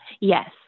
Yes